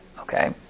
Okay